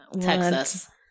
Texas